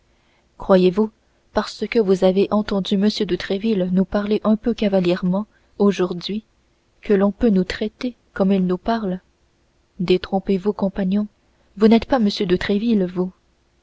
croyez-vous parce que vous avez entendu m de tréville nous parler un peu cavalièrement aujourd'hui que l'on peut nous traiter comme il nous parle détrompez-vous compagnon vous n'êtes pas m de tréville vous